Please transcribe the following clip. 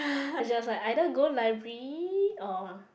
as in I was like either go library or